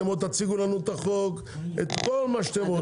אתם עוד תציגו לנו את החוק ואת כל מה שאתם רוצים.